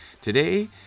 Today